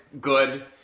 good